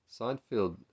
Seinfeld